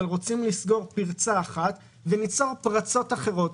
אבל רוצים לסגור פרצה ויוצרים פרצות אחרות.